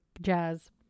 jazz